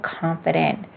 confident